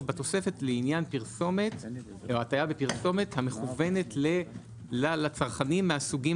בתוספת: לעניין פרסומת או הטעיה בפרסומת המכוונת לצרכנים מהסוגים